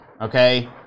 okay